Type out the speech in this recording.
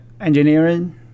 engineering